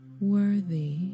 worthy